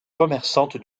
commerçante